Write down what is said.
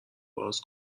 باز